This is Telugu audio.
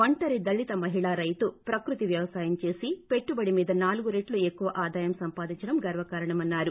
ఒంటరి దళిత మహిళా రైతు ప్రకృతి వ్యవసాయం చేసి పెట్టుబడి మీద నాలుగు రెట్లు ఎక్కువ ఆదాయం సంపాదించడం గర్వకారణమన్నారు